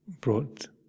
brought